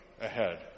ahead